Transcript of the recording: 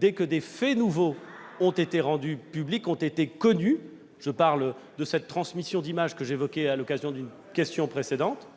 dès que des faits nouveaux ont été rendus publics et connus- je parle de la transmission d'images que j'ai évoquée à l'occasion d'une question précédente